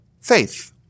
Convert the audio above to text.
faith